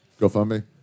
GoFundMe